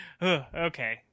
Okay